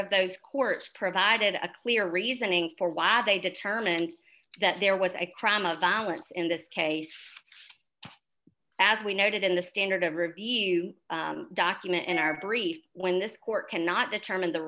of those courts provided a clear reasoning for why they determined that there was a crime of balance in this case as we noted in the standard of review document in our brief when this court cannot determine the